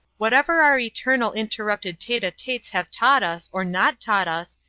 whatever our eternal interrupted tete-a-tetes have taught us or not taught us,